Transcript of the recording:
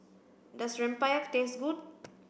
does Rempeyek taste good